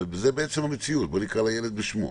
זו בעצם המציאות, בוא נקרא לילד בשמו.